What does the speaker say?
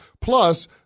Plus